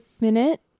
minute